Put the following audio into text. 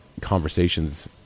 conversations